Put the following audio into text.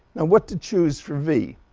and what to choose for v?